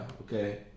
okay